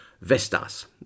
Vestas